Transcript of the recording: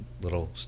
little